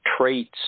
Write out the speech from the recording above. traits